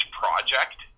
project